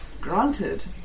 granted